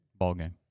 ballgame